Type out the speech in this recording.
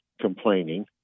complaining